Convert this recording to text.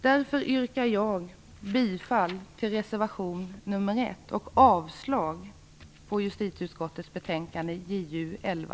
Därför yrkar jag bifall till reservation nr 1 och avslag på hemställan i justitieutskottets betänkande JuU11.